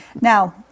Now